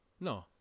No